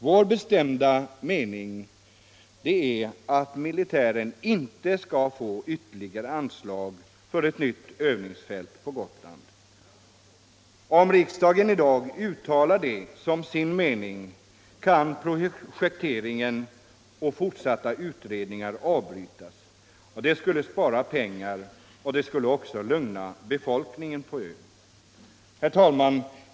Vår bestämda mening är att militären inte skall få ytterligare anslag för ett nytt övningsfält på Gotland. Om riksdagen i dag uttalar detta som sin mening kan projekteringen och utredningarna avbrytas. Det skulle spara pengar och även lugna befolkningen på ön. Herr talman!